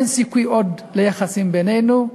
אין סיכוי עוד ליחסים בינינו,